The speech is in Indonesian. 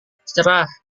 cerah